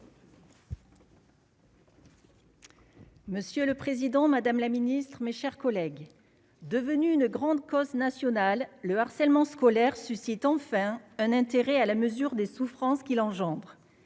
Monsieur le Président, Madame la Ministre, mes chers collègues, devenue une grande cause nationale, le harcèlement scolaire suscite enfin un intérêt à la mesure des souffrances qu'il engendre,